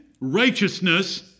righteousness